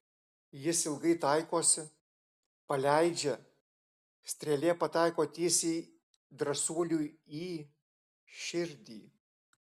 jis ilgai taikosi paleidžia strėlė pataiko tiesiai drąsuoliui į širdį